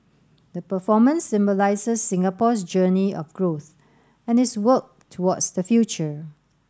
the performance symbolises Singapore's journey of growth and its work towards the future